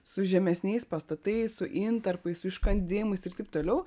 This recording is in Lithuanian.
su žemesniais pastatais su intarpais su iškandimais ir taip toliau